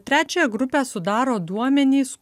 trečiąją grupę sudaro duomenys